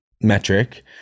metric